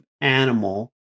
animal